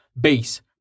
base